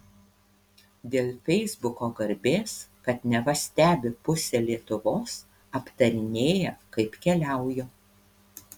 dėl feisbuko garbės kad neva stebi pusė lietuvos aptarinėja kaip keliauju